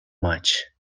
much